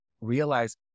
realize